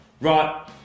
Right